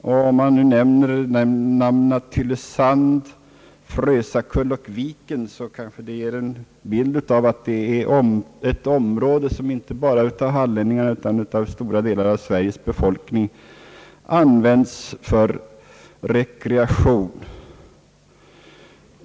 Om man nämner namnen Tylösand, Frösakull och Viken kanske det ger en bild av att det gäller ett område som inte bara av hallänningarna utan även av stora delar av Sveriges befolkning i övrigt används för rekreation.